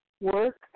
work